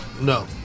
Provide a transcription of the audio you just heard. No